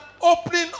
opening